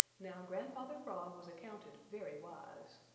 now grandfather frog was accounted very wise.